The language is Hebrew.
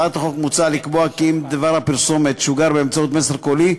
בהצעת החוק מוצע לקבוע כי אם דבר הפרסומת שוגר באמצעות מסר קולי,